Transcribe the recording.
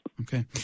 Okay